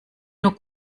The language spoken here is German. nur